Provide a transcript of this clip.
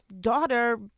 daughter